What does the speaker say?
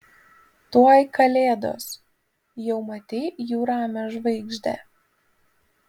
tuoj kalėdos jau matei jų ramią žvaigždę